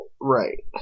Right